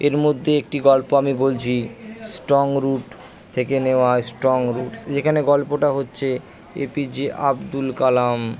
এর মধ্যে একটি গল্প আমি বলছি স্ট্রংরুট থেকে নেওয়া স্ট্রংরুটস যেখানে গল্পটা হচ্ছে এপিজে আবদুল কালাম